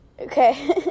okay